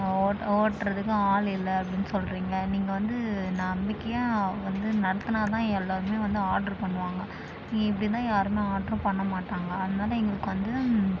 vote ஓட்டுறதுக்கு ஆள் இல்லை அப்படின்னு சொல்கிறீங்க நீங்கள் வந்து நம்பிக்கையாக வந்து நடத்தினா தான் எல்லாேருமே வந்து ஆர்டரு பண்ணுவாங்க நீங்கள் இப்படி இருந்தால் யாருமே ஆர்டரும் பண்ண மாட்டாங்க அதனால் எங்களுக்கு வந்து